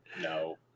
No